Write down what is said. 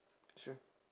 sure